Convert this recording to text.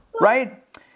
right